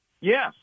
Yes